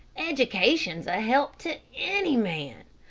education's a help to any man.